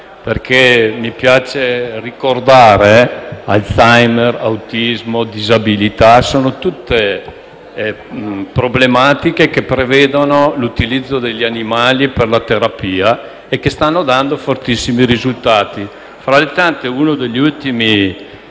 Mi piace ricordare che Alzheimer, autismo e disabilità sono tutte problematiche che prevedono l'utilizzo degli animali per la terapia, che sta dando fortissimi risultati. Fra le tante, una delle ultime